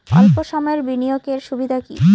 অল্প সময়ের বিনিয়োগ এর সুবিধা কি?